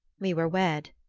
we were wed.